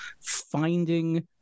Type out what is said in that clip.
finding